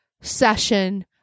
session